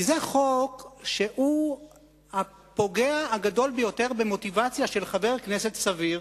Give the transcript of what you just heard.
זה חוק שהוא הפוגע הגדול ביותר במוטיבציה של חבר כנסת סביר